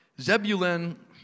Zebulun